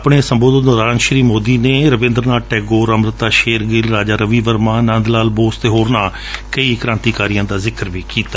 ਆਪਣੇ ਸੰਬੋਧਨ ਦੌਰਾਨ ਸ੍ਰੀ ਮੋਦੀ ਨੇ ਰਵੰਦਰ ਨਾਬ ਟੈਗੋਰ ਅਮ੍ਰਿਤਾ ਸ਼ੇਰ ਗਿੱਲ ਰਾਜਾ ਰਵੀ ਵਰਮਾ ਅਤੇ ਨੰਦ ਲਾਲ ਬੋਸ ਅਤੇ ਹੋਰਨਾਂ ਕ੍ਰਾਂਤੀਕਾਰੀਆਂ ਦਾ ਜ਼ਿਕਰ ਵੀ ਕੀਤਾ